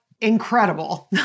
Incredible